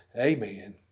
Amen